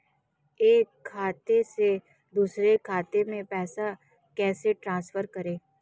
एक खाते से दूसरे खाते में पैसे कैसे ट्रांसफर करें?